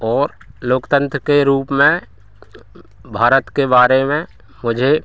और लोकतंत्र के रूप में भारत के बारे में मुझे